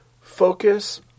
focus